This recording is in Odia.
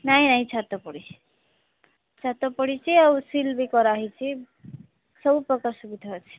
ନାଇଁ ନାଇଁ ଛାତ ପଡ଼ିଛି ଛାତ ପଡ଼ିଛି ଆଉ ସିଲ୍ ବି କରା ହୋଇଛି ସବୁ ପ୍ରକାର ସୁବିଧା ଅଛି